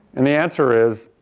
and the answer is,